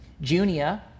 Junia